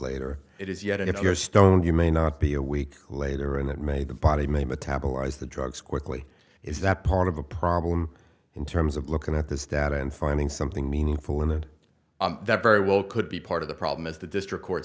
later it is yet and if you're stoned you may not be a week later and that made the body may metabolize the drugs quickly is that part of the problem in terms of looking at this data and finding something meaningful in and that very well could be part of the problem as the district court